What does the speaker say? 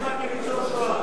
הוא מקבל קצבה כניצול שואה.